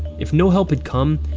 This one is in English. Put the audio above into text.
if no help had come,